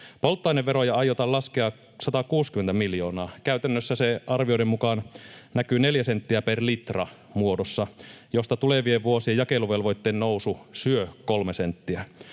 Polttoaineveroja aiotaan laskea 160 miljoonaa. Käytännössä se arvioiden mukaan näkyy 4 senttiä per litra ‑muodossa, josta tulevien vuosien jakeluvelvoitteen nousu syö 3 senttiä.